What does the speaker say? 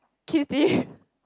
kissed him